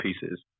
pieces